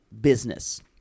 business